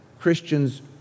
Christians